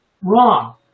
Wrong